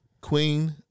Queen